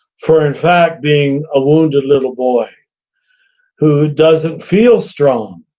for in fact being a wounded little boy who doesn't feel strong,